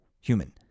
human